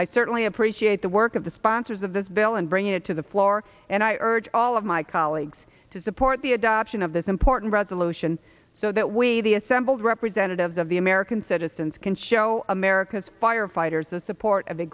i certainly appreciate the work of the sponsors of this bill and bring it to the floor and i urge all of my colleagues to support the adoption of this important resolution so that we the assembled representatives of the american citizens can show america's firefighters the support of